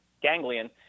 ganglion